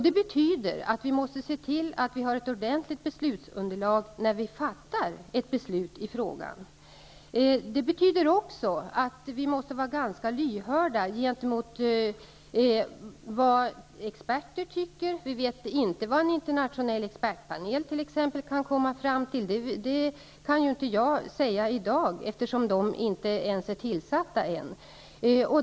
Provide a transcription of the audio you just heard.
Det betyder att vi måste se till att vi har ett ordentligt beslutsunderlag när vi fattar beslut i frågan. Vi måste också vara ganska lyhörda för vad experter anser. Vi vet inte vad t.ex. en internationell expertpanel kan komma fram till. Det kan inte jag säga någonting om i dag, eftersom någon sådan inte ens är tillsatt.